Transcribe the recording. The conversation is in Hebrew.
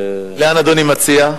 לאן אדוני מציע?